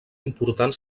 important